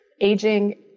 aging